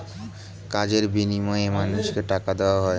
কাজের বিনিময়ে মানুষকে টাকা দেওয়া হয়